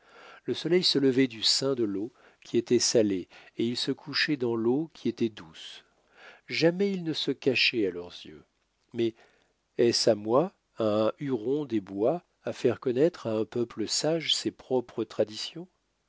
le soleil se levait du sein de l'eau qui était salée et il se couchait dans l'eau qui était douce jamais il ne se cachait à leurs yeux mais est-ce à moi à un huron des bois à faire connaître à un peuple sage ses propres traditions